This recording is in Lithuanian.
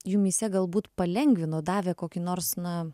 jumyse galbūt palengvino davė kokį nors na